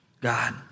God